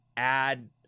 Add